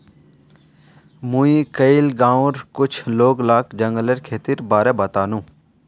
मुई कइल गांउर कुछ लोग लाक जंगलेर खेतीर बारे बतानु